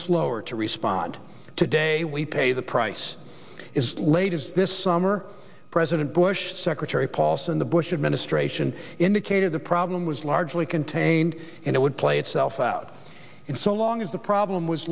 slower to respond today we pay the price is late as this summer president bush secretary paulson the bush administration indicated the problem was largely contained and it would play itself out in so long as the problem was